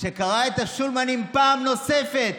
שקרע את השולמנים פעם נוספת,